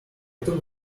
took